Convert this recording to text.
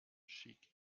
schick